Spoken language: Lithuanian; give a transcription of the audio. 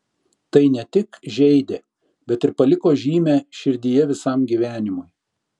tai ne tik žeidė bet ir paliko žymę širdyje visam gyvenimui